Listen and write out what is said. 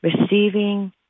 receiving